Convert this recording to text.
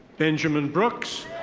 benjamin brooks.